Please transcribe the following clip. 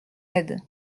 aide